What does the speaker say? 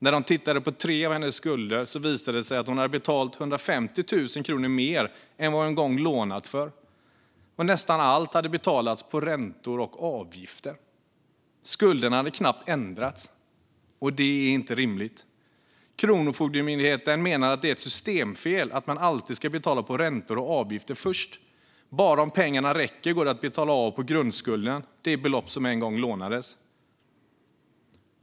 När de tittade på tre av hennes skulder visade det sig att hon hade betalat 150 000 kronor mer än vad hon en gång lånat för. Och nästan allt hade betalats på räntor och avgifter. Skulderna hade knappt ändrats. Det är inte rimligt. Kronofogdemyndigheten menar att det är ett systemfel att man alltid ska betala på räntor och avgifter först. Bara om pengarna räcker går det att betala av på grundskulden, alltså det belopp som en gång lånades.